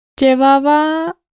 Llevaba